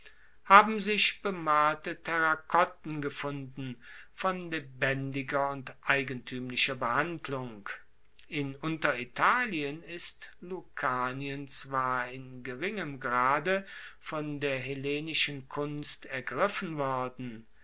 haben sich bemalte terrakotten gefunden von lebendiger und eigentuemlicher behandlung in unteritalien ist lucanien zwar in geringem grade von der hellenischen kunst ergriffen worden